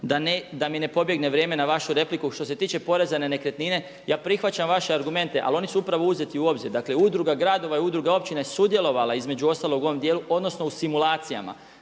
Da mi ne pobjegne vrijeme na vašu repliku, što se tiče poreza na nekretnine, ja prihvaćam vaše argumente ali su oni upravo uzeti u obzir. Dakle Udruga gradova i Udruga općina je sudjelovala između ostalog u ovom dijelu odnosno u simulacijama.